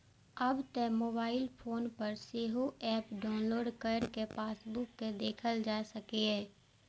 आब तं mobile phone पर सेहो एप डाउलोड कैर कें पासबुक कें देखल जा सकैए